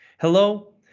Hello